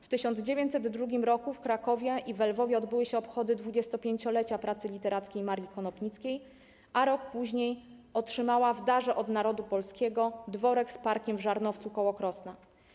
W 1902 roku w Krakowie i we Lwowie odbyły się obchody 25-lecia pracy literackiej Marii Konopnickiej, a rok później otrzymała w darze od narodu polskiego dworek z parkiem w Żarnowcu koło Krosna.